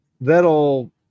that'll